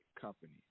company